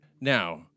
Now